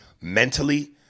mentally